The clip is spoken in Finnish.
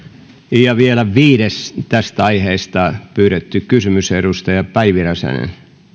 vielä viides tästä aiheesta pyydetty kysymys edustaja päivi räsänen